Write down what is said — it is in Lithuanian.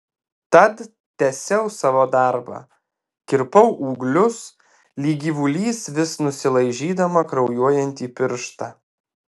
tad tęsiau savo darbą kirpau ūglius lyg gyvulys vis nusilaižydama kraujuojantį pirštą